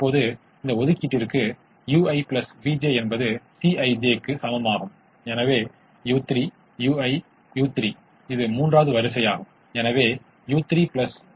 இப்போது உகந்த தன்மை இந்த தீர்வு 34 முதன்மையானதுக்கு உகந்ததாகவும் தீர்வு 21 இரட்டைக்கு உகந்ததாகவும் அளவுகோல் தேற்றம் என்னிடம் கூறுகிறது